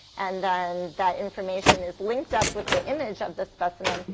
and then that information is linked up with the image of the specimen,